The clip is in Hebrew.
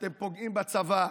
אתם פוגעים בצבא.